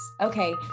Okay